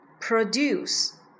produce